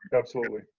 absolutely.